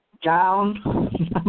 down